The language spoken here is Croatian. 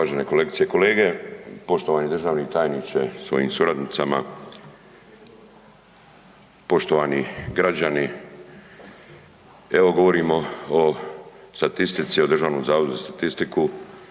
Uvažene kolegice i kolege, poštovani državni tajniče sa svojim suradnicama. Poštovani građani. Evo, govorimo o statistici, o DZS-u, statistika